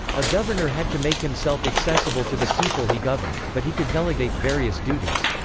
a governor had to make himself accessible to the people he governed, but he could delegate various duties.